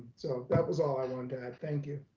so that was all i wanted to add. thank you.